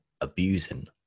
abusing